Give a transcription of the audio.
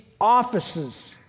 offices